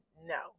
No